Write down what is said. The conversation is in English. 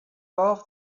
off